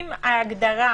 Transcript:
אם ההגדרה